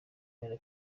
myenda